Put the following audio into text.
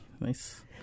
Nice